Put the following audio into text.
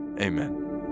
amen